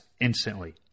instantly